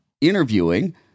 interviewing